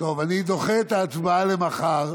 אני דוחה את ההצבעה למחר,